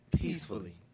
peacefully